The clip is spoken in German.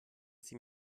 sie